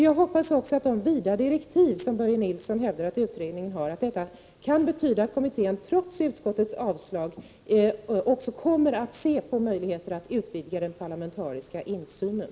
Jag hoppas också att de vida direktiv som Börje Nilsson hävdar att utredningen kan betyda att kommittén, trots utskottets avstyrkande, också kommer att se över möjligheten att utvidga den parlamentariska insynen.